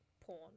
porn